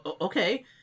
Okay